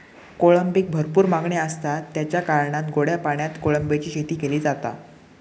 कोळंबीक भरपूर मागणी आसता, तेच्या कारणान गोड्या पाण्यात कोळंबीची शेती केली जाता